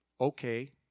okay